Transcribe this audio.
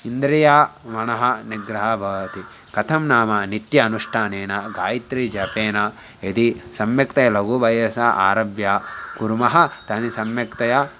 इन्द्रियम् मनः निग्रहः भवति कथं नाम नित्यानुष्ठानेन गायत्रीजपेन यदि सम्यक्तया लघुवयसि आरभ्य कुर्मः तानि सम्यक्तया